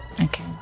Okay